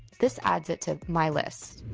this adds it to my list.